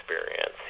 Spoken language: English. experience